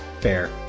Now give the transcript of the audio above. fair